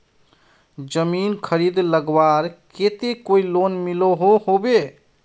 जमीन खरीद लगवार केते कोई लोन मिलोहो होबे?